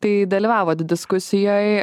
tai dalyvavot diskusijoj